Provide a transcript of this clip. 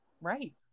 Right